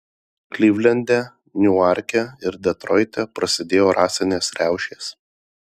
klivlende niuarke ir detroite prasidėjo rasinės riaušės